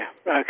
okay